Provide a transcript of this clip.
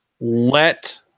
let